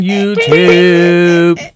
YouTube